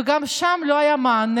וגם שם לא היה מענה,